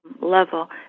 level